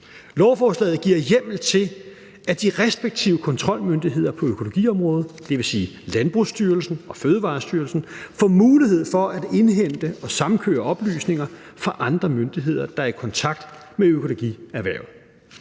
Lovforslaget giver hjemmel til, at de respektive kontrolmyndigheder på økologiområdet, dvs. Landbrugsstyrelsen og Fødevarestyrelsen, får mulighed for at indhente og samkøre oplysninger fra andre myndigheder, der er i kontakt med økologierhvervet.